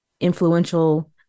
influential